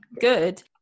Good